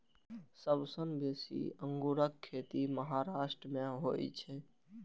सबसं बेसी अंगूरक खेती महाराष्ट्र मे होइ छै